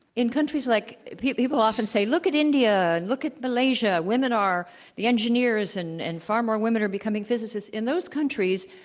in countries like people often say, look at india, and look at malaysia. women are the engineers, and and far more women are becoming physicists. in those countries,